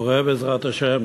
פורה, בעזרת השם,